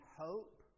hope